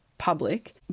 public